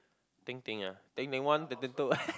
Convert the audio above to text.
Ting-Ting ah Ting-Ting one Ting-Ting two